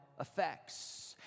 effects